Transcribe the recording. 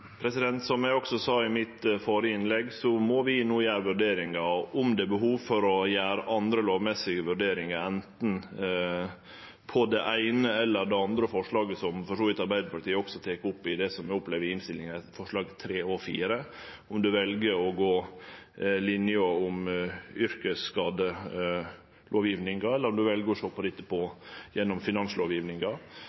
Som eg også sa i mitt førre innlegg, må vi finne ut om det er behov for å gjere andre lovmessige vurderingar av anten det eine eller det andre forslaget, som for så vidt også Arbeidarpartiet tek opp i punkt 3 og punkt 4 i innstillinga. Om ein vel å gå om yrkesskadelovgjevinga, eller om ein vel å sjå på dette gjennom finanslovgjevinga, må vi gjere vurderingar av. Eg har ikkje den endelege konklusjonen på